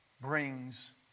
brings